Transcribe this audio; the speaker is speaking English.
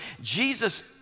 Jesus